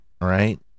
right